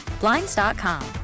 Blinds.com